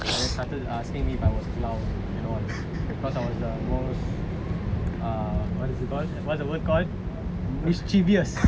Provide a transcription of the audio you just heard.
and then started asking me if I was a clown and all because I was the most ah what is it called what's the word called mischievous